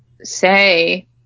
say